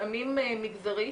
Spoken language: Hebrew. מותאמים מגזרית.